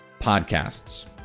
podcasts